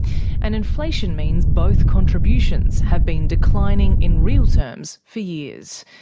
and inflation means both contributions have been declining in real terms for years.